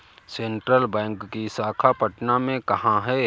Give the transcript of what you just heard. Central bank की शाखा पटना में कहाँ है?